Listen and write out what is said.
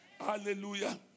Hallelujah